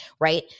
right